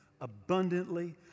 abundantly